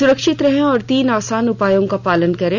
सुरक्षित रहें और तीन आसान उपायों का पालन करें